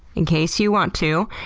in case you want to,